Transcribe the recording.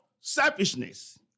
selfishness